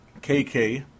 KK